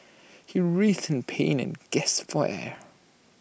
he writhed in pain and gasped for air